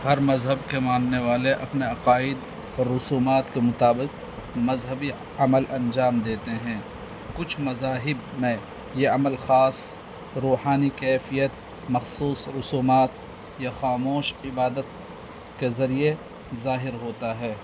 ہر مذہب کے ماننے والے اپنے عقائد اور رسومات کے مطابق مذہبی عمل انجام دیتے ہیں کچھ مذاہب میں یہ عمل خاص روحانی کیفیت مخصوص رسومات یا خاموش عبادت کے ذریعے ظاہر ہوتا ہے